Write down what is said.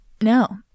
No